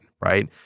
right